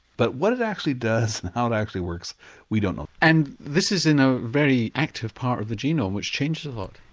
but what it actually does and how it actually works we don't know. and this is in a very active part of the genome which changes a lot.